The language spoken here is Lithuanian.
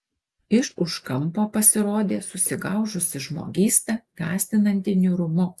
iš už kampo pasirodė susigaužusi žmogysta gąsdinanti niūrumu